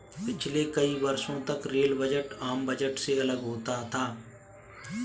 पिछले कई वर्षों तक रेल बजट आम बजट से अलग होता था